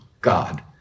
God